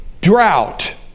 drought